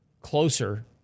closer